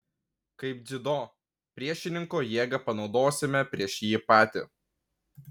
kaip dziudo priešininko jėgą panaudosime prieš jį patį